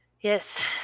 yes